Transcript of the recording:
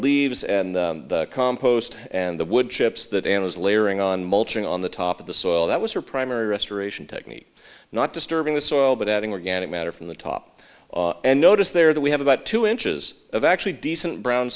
leaves and the compost and the wood chips that and was layering on mulching on the top of the soil that was her primary restoration technique not disturbing the soil but adding organic matter from the top and notice there that we have about two inches of actually decent brown